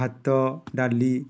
ଭାତ ଡାଲି